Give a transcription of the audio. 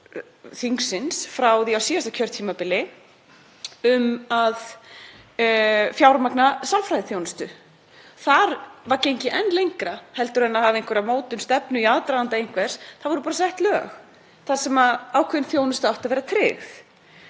þingsins frá því á síðasta kjörtímabili um að fjármagna sálfræðiþjónustu. Þar var gengið enn lengra en að vera með einhverja mótun stefnu í aðdraganda einhvers. Það voru bara sett lög þar sem ákveðin þjónusta átti að vera tryggð.